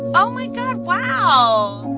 oh, my god. wow.